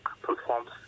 performs